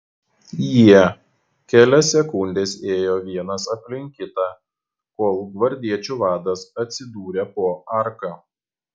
jie kelias sekundes ėjo vienas aplink kitą kol gvardiečių vadas atsidūrė po arka